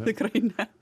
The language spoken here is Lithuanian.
tikrai ne